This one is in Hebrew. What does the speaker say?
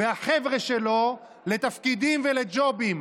והחבר'ה שלו לתפקידים ולג'ובים.